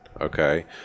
okay